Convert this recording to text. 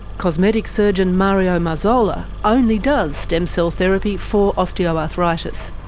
cosmetic surgeon mario marzola, only does stem cell therapy for osteoarthritis.